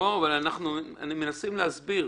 אנחנו מנסים להסביר,